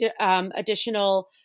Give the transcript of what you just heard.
additional